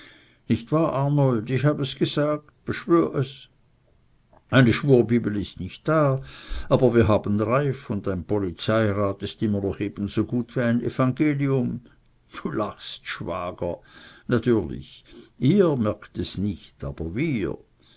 nicht wahr arnold ich hab es gesagt beschwör es eine schwurbibel ist nicht da aber wir haben reiff und ein polizeirat ist immer noch ebensogut wie ein evangelium du lachst schwager natürlich ihr merkt es nicht aber wir